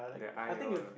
the eye all